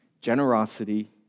generosity